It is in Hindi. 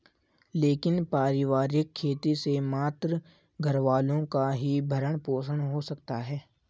लेकिन पारिवारिक खेती से मात्र घरवालों का ही भरण पोषण हो सकता है